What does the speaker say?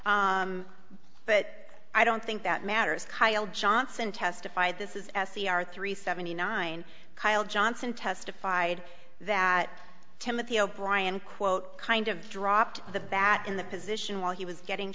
but i don't think that matters kyle johnson testified this is s c r three seventy nine kyle johnson testified that timothy o'brien quote kind of dropped the bat in the position while he was getting